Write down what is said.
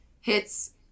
hits